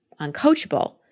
uncoachable